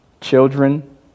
Children